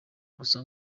gusa